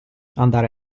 andare